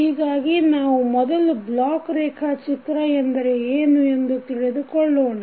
ಹೀಗಾಗಿ ನಾವು ಮೊದಲು ಬ್ಲಾಕ ರೇಖಾಚಿತ್ರ ಎಂದರೆ ಏನು ಎಂದು ತಿಳಿದುಕೊಳ್ಳೋಣ